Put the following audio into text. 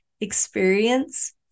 experience